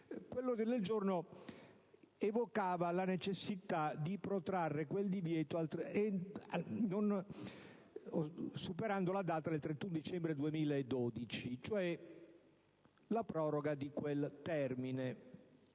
Quell'ordine del giorno evocava la necessità di protrarre quel divieto superando la data del 31 dicembre 2012, ossia la proroga di quel termine.